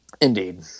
indeed